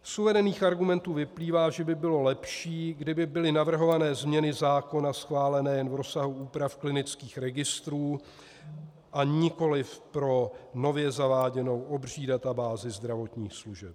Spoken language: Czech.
Z uvedených argumentů vyplývá, že by bylo lepší, kdyby byly navrhované změny zákona schváleny jen v rozsahu úprav klinických registrů, a nikoliv pro nově zaváděnou obří databázi zdravotních služeb.